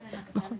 נכון, נכון.